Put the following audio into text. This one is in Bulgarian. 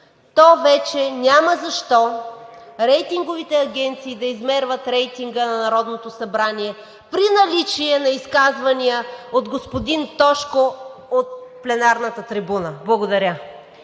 то вече няма защо рейтинговите агенции да измерват рейтинга на Народното събрание при наличие на изказвания от господин Тошко от пленарната трибуна. Благодаря.